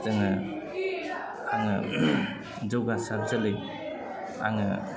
जोङो आङो जौगासार जोलै आङो